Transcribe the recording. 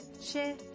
share